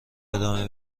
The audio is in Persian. ادامه